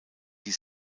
die